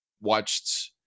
Watched